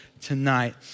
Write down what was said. tonight